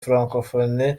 francophonie